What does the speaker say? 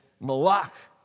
Malach